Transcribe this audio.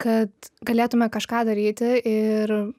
kad galėtume kažką daryti ir